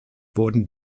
wurden